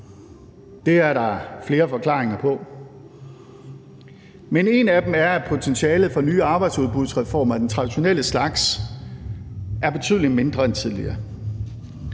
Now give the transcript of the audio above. Det er der flere forklaringer på. En af dem er, at potentialet for nye arbejdsudbudsreformer af den traditionelle slags er betydelig mindre end tidligere.